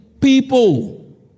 people